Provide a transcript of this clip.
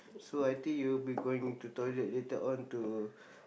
so I think you'll be going to toilet later on to